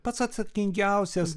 pats atsakingiausias